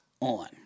On